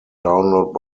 download